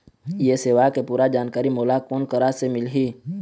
ये सेवा के पूरा जानकारी मोला कोन करा से मिलही?